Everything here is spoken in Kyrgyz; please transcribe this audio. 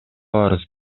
арыз